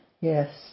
Yes